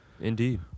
Indeed